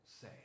say